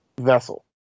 vessel